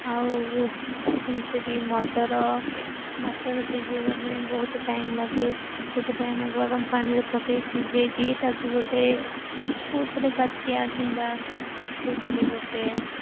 ଆଉ ଏମିତି ବି ମଟର ମଟର ସିଝେଇବା ପାଇଁ ବହୁତ ଟାଇମ୍ ଲାଗେ ସେଥିପାଇଁ ଆମେ ଗରମ ପାଣିରେ ପକେଇ ସିଜେଇକି ତାକୁ ଗୋଟେ କେଉଁଥିରେ ପାଚଆ କିମ୍ବା କେଉଁଥିରେ ଗୋଟେ